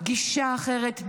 גישה אחרת,